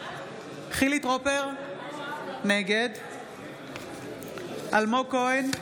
חילי טרופר, נגד אלמוג כהן,